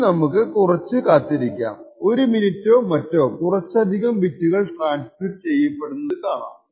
ഇനി നമുക്ക് കുറച്ചു കാത്തിരിക്കാം ഒരു മിനിറ്റോ മറ്റോ കുറച്ചധികം ബിറ്റുകൾ ട്രാൻസ്മിറ് ചെയ്യപ്പെടുന്നത് കാണാം